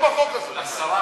חוטובלי, מה זה שייך?